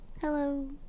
Hello